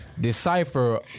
decipher